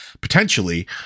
potentially